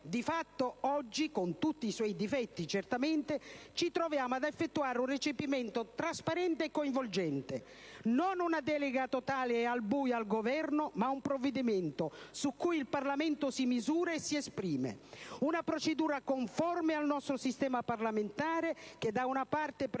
di fatto oggi, con tutti i suoi difetti certamente, ci troviamo ad effettuare un recepimento trasparente e coinvolgente: non una delega totale e al buio al Governo, ma un provvedimento su cui il Parlamento si misura e si esprime. È una procedura conforme al nostro sistema parlamentare, che, da una parte, prevede